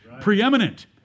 preeminent